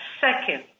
second